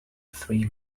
three